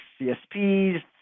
CSPs